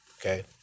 Okay